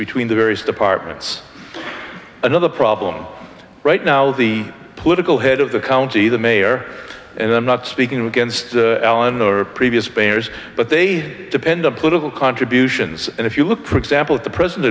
between the various departments another problem right now the political head of the county the mayor and i'm not speaking against allen or previous banners but they depend on political contributions and if you look for example at the present